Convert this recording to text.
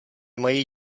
mají